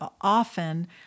often